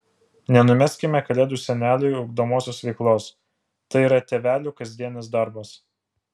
nenumeskime kalėdų seneliui ugdomosios veiklos tai yra tėvelių kasdienis darbas